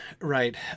right